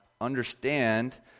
understand